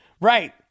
right